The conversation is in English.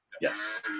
Yes